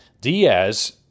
Diaz